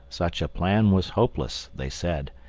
such a plan was hopeless, they said.